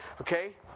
Okay